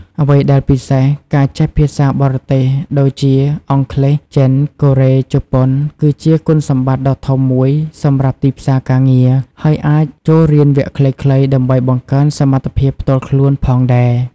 អ្វីដែលពិសេស ការចេះភាសាបរទេស ដូចជា អង់គ្លេស ចិន កូរ៉េ ជប៉ុន គឺជាគុណសម្បត្តិដ៏ធំមួយសម្រាប់ទីផ្សារការងារ ហើយអាចចូលរៀនវគ្គខ្លីៗដើម្បីបង្កើនសមត្ថភាពផ្ទាល់ខ្លួនផងដែរ។